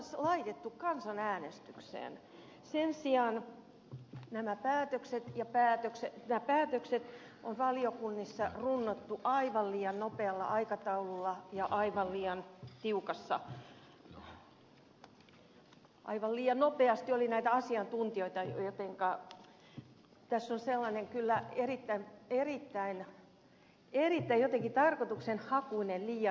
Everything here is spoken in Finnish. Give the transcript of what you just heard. sen sijaan nämä päätökset on valiokunnissa runnottu aivan liian nopealla aikataululla aivan liian nopeasti kuultiin näitä asiantuntijoita jotenka tässä on kyllä sellainen erittäin jotenkin tarkoitushakuinen liian nopea ote